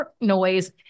noise